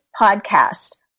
podcast